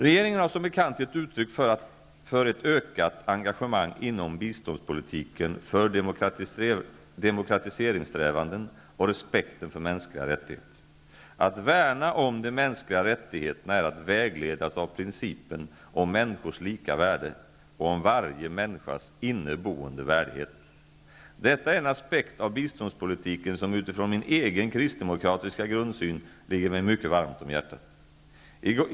Regeringen har som bekant gett uttryck för ett ökat engagemang inom biståndspolitiken för demokratiseringssträvanden och respekten för mänskliga rättigheter. Att värna om de mänskliga rättigheterna är att vägledas av principen om människors lika värde och om varje människas inneboende värdighet. Detta är en aspekt av biståndspolitiken som utifrån min egen kristdemokratiska grundsyn ligger mig mycket varmt om hjärtat.